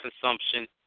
consumption